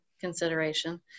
consideration